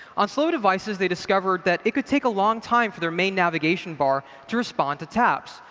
on slow devices they discovered that it could take a long time for their main navigation bar to respond to taps.